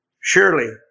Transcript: surely